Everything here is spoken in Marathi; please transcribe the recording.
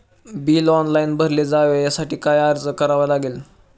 बिल ऑनलाइन भरले जावे यासाठी काय अर्ज करावा लागेल?